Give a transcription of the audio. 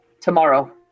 tomorrow